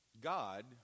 God